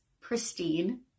pristine